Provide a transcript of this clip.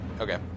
Okay